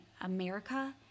America